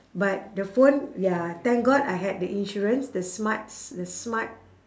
but the phone ya thank god I had the insurance the smart s~ the smart